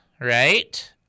Right